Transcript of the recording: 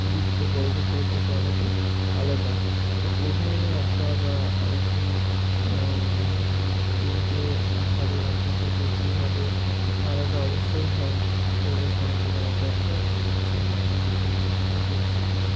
বৃত্ত বর্গক্ষেত্রের থেকে অনেকই আলাদা তো এই ধরনের আঁকা বা আর কি তিনটে আকারের আঁকা থেকে কীভাবে আলাদা অবশ্যই হয় তো এগুলো সবাইকে জানার দরকার তাই আর কি এটা আপনার সাথে একটু বললাম